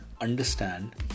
understand